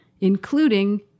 including